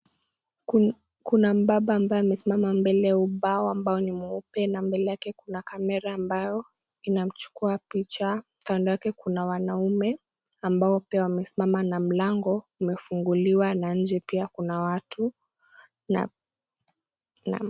Kuna mbaba ambaye amesimama mbele ya ubao, ambao ni mweupe na mbele yake, kuna kamera ambayo inamchukua picha. Kando yake, kuna wanaume ambao pia, wamesimama na mlango umefunguliwa na nje pia kuna watu na...